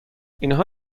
اینها